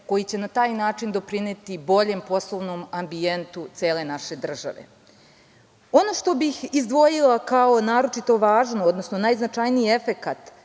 koji će na taj način doprineti boljem poslovnom ambijentu cele naše države. Ono što bih izdvojila kao naročito važno, odnosno najznačajniji efekat